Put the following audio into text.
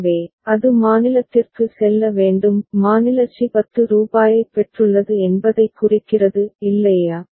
எனவே அது மாநிலத்திற்கு செல்ல வேண்டும் மாநில சி 10 ரூபாயைப் பெற்றுள்ளது என்பதைக் குறிக்கிறது இல்லையா